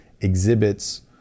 exhibits